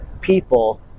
people